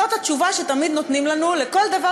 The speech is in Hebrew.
זאת התשובה שתמיד נותנים לנו בכל דבר